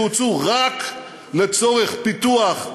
שהוצאו רק לצורך פיתוח,